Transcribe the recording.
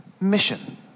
mission